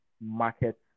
market